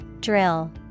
Drill